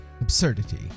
absurdity